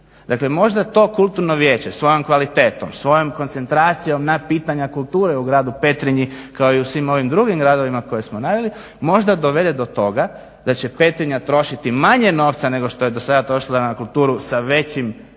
Dakle možda to kulturno vijeće svojom kvalitetom, svojom koncentracijom na pitanja kulture u gradu Petrinji kao i u svim ovim drugim gradovima koje smo naveli možda dovedu do toga da će Petrinja trošiti manje novca nego što je do sad trošila na kulturu sa većim